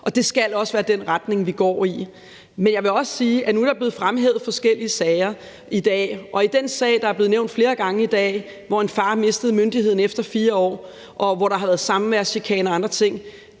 og det skal også være den retning, vi går i. Men jeg vil også sige, at nu er der blevet fremhævet forskellige sager i dag. I forbindelse med den sag, der er blevet nævnt flere gange i dag, hvor en far mistede myndigheden efter 4 år, og hvor der har været samværschikane og andre ting,